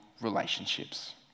relationships